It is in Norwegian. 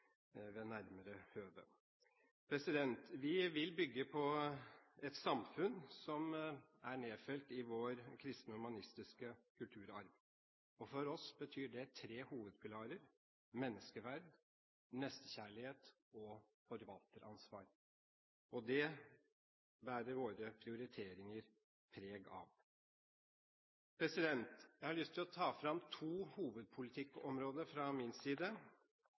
ved et nærmere høve. Vi vil bygge et samfunn som er basert på vår kristne og humanistiske kulturarv. For oss betyr det tre hovedpilarer: menneskeverd, nestekjærlighet og forvalteransvar. Det bærer våre prioriteringer preg av. Jeg har lyst til å ta fram to hovedpolitikkområder fra min side.